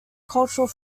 cultural